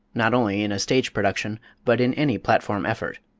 not only in a stage production but in any platform effort.